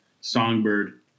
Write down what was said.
Songbird